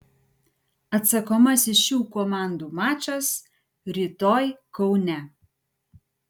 atsakomasis šių komandų mačas rytoj kaune